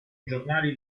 giornali